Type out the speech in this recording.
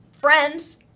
friends